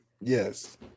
Yes